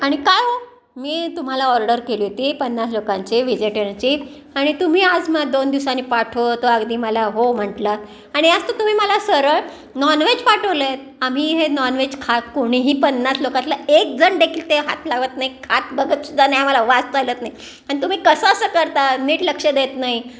आणि काय हो मी तुम्हाला ऑर्डर केली होती पन्नास लोकांचे व्हिजिटेरची आणि तुम्ही आज मग दोन दिवसांनी पाठवतो अगदी मला हो म्हटलं आणि आज तर तुम्ही मला सरळ नॉनव्हेज पाठवले आहेत आम्ही हे नॉनव्हेज खात कोणीही पन्नास लोकातला एकजण देखील ते हात लावत नाही खात बघत सुद्धा नाही आम्हाला वास चालत नाही आणि तुम्ही कसं असं करता नीट लक्ष देत नाही